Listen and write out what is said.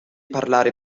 parlare